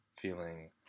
feeling